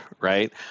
Right